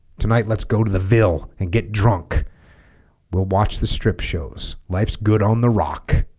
tonight let's go to the ville and get drunk we'll watch the strip shows life's good on the rock